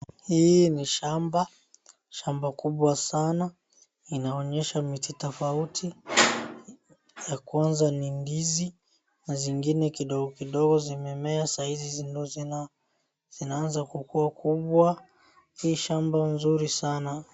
Hii ni shamba, shamba kubwa sana inaonyesha miti tofauti ya kwanza ni ndizi na zingine kidogo kidogo zimemea sahizi ndo zinaanza kuwa kubwa ni shamba mzuri sana.